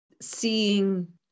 seeing